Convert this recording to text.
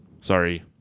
sorry